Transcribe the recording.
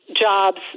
jobs